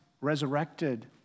Resurrected